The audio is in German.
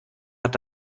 hat